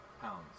pounds